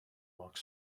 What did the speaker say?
walked